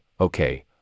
Okay